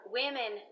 women